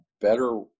better